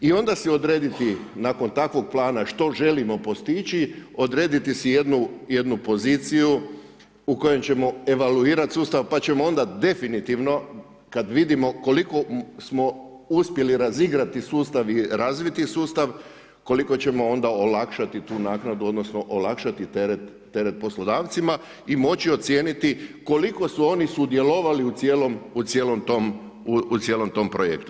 I onda si odrediti nakon takvog plana što želimo postići, odrediti si jednu poziciju u kojoj ćemo evaluirat sustav pa ćemo onda definitivno kad vidimo koliko smo uspjeli razigrati sustav i razviti sustav, koliko ćemo onda olakšati tu naknadu, odnosno olakšati teret poslodavcima i moći ocijeniti koliko su oni sudjelovali u cijelom tom projektu.